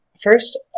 first